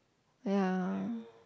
ya